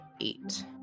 eight